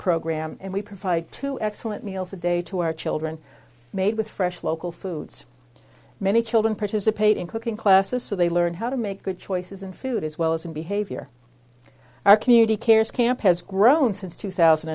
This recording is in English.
program and we provide two excellent meals a day to our children made with fresh local foods many children participate in cooking classes so they learn how to make good choices in food as well as in behavior our community cares camp has grown since two thousand